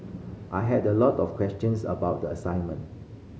I had a lot of questions about the assignment